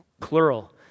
plural